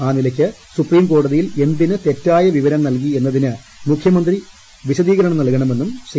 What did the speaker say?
ആ നിലയക്ക് സുപ്രീംകോടതിയിൽ എന്തിന് തെറ്റായ വിവരം നൽകി എന്നതിന് മുഖ്യമന്ത്രി വിശദീകരണം നൽകണമെന്നും ശ്രീ